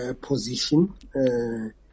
position